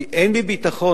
כי אין לי ביטחון,